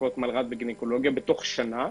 במחלקות מלר"ד וגניקולוגיה בתוך שנה,